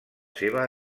seva